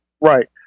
right